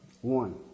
One